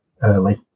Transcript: early